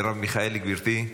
מרב מיכאלי, גברתי?